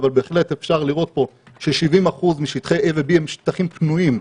אבל בהחלט אפשר לראות פה ש-70% משטחי A ו-B הם שטחים פנויים.